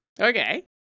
Okay